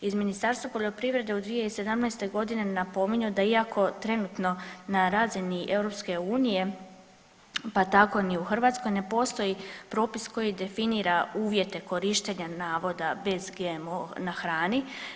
Iz Ministarstva poljoprivrede u 2017. godini napominju da iako trenutno na razini EU pa tako ni u Hrvatskoj ne postoji propis koji definira uvjete korištenja navoda bez GMO na hrani.